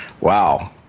wow